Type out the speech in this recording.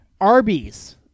Arby's